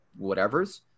whatevers